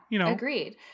agreed